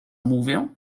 mówię